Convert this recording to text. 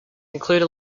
include